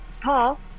Paul